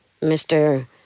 Mr